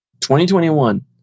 2021